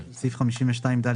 עוברים לסעיף הבא בסדר-היום,